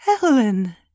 Helen